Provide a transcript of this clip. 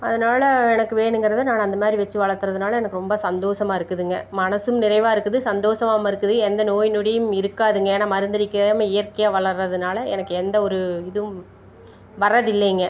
அதனால் எனக்கு வேணுங்கிறத நானும் அந்த மாதிரி வச்சு வளர்த்துறதுனால எனக்கு ரொம்ப சந்தோசமா இருக்குதுங்க மனசும் நிறைவாக இருக்குது சந்தோசமாவும் இருக்குது எந்த நோய் நொடியும் இருக்காதுங்க ஏன்னால் மருந்தடிக்காமல் இயற்கையாக வளர்றதுனால எனக்கு எந்த ஒரு இதுவும் வர்றதில்லைங்க